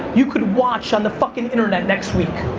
you could watch on the fuckin' internet next week.